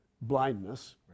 blindness